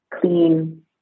Clean